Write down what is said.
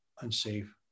unsafe